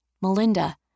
Melinda